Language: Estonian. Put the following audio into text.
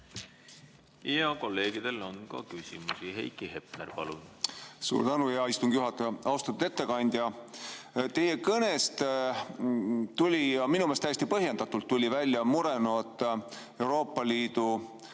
Ja kolleegidel on ka küsimusi. Heiki Hepner, palun!